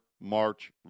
March